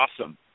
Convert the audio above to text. Awesome